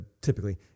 typically